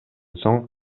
соң